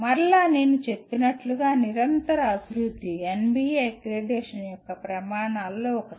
మరలా నేను చెప్పినట్లుగా నిరంతర అభివృద్ధి NBA అక్రిడిటేషన్ యొక్క ప్రమాణాలలో ఒకటి